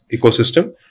ecosystem